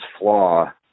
flaw